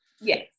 Yes